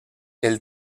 elle